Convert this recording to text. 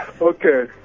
Okay